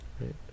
right